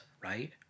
right